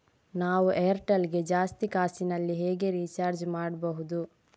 ನಾವು ಏರ್ಟೆಲ್ ಗೆ ಜಾಸ್ತಿ ಕಾಸಿನಲಿ ಹೇಗೆ ರಿಚಾರ್ಜ್ ಮಾಡ್ಬಾಹುದು?